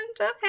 Okay